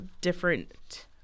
different